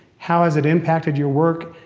how has it impacted your work?